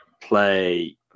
play